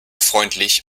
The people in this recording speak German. freundlich